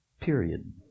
Period